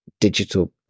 digital